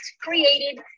created